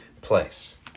place